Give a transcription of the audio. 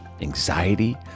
anxiety